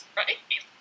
right